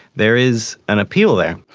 there is an appeal there.